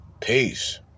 Peace